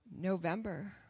november